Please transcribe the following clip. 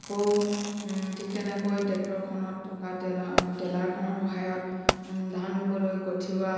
আকৌ ঠিক তেনেকৈ ট্ৰেক্টৰখনত থকা ট্ৰেলাৰ ট্ৰেলাৰখনৰ সহায়ত ধান ৰুবলৈ কঠীওয়া